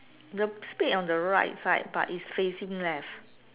the spade on the right side but is facing left